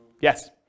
Yes